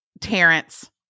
Terrence